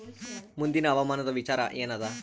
ಮುಂದಿನ ಹವಾಮಾನದ ವಿಚಾರ ಏನದ?